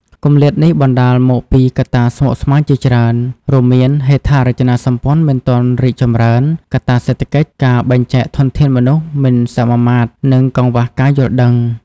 គម្លាតនេះបណ្តាលមកពីកត្តាស្មុគស្មាញជាច្រើន រួមមានហេដ្ឋារចនាសម្ព័ន្ធមិនទាន់រីកចម្រើន កត្តាសេដ្ឋកិច្ច ការបែងចែកធនធានមនុស្សមិនសមាមាត្រ និងកង្វះការយល់ដឹង។